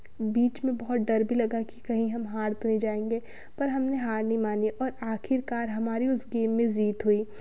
बीच में बहुत डर भी लगा कि कहीं हम हार तो नहीं जाएँगे पर हमने हार नहीं मानी और आख़िरकार हमारी उस गेम में जीत हुई